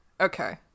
Okay